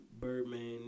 Birdman